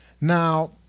Now